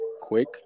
quick